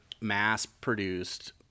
mass-produced